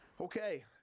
Okay